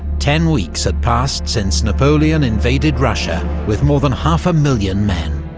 ten weeks had passed since napoleon invaded russia with more than half a million men.